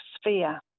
sphere